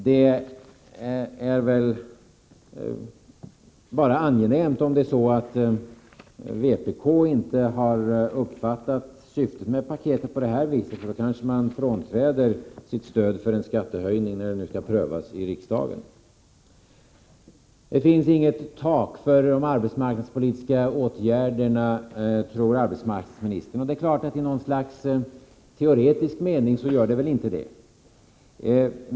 Det är väl bara angenämt om det är så att vpk har uppfattat syftet med paketet annorlunda. Då kanske vpk frånträder sitt stöd för en skattehöjning när frågan skall prövas i riksdagen. Det finns inget tak för de arbetsmarknadspolitiska åtgärderna, tror arbetsmarknadsministern. I något slags teoretisk mening är det kanske så.